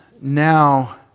now